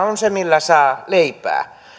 on se millä saa leipää